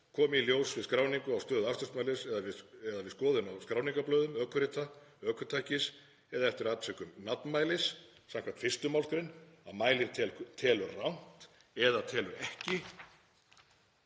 Komi í ljós við skráningu á stöðu akstursmælis eða við skoðun á skráningarblöðum ökurita ökutækis eða eftir atvikum nafmælis skv. 1. mgr., að mælir telur rangt eða telur ekki